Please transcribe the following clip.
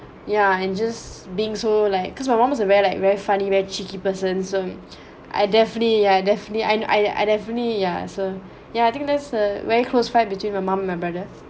yeah and just being so like cause my mom is a very like very funny very cheeky person so I definitely ya I definitely I I definitely yeah so yeah I think there's a very close fight between my mum my brother